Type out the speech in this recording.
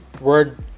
word